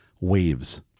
waves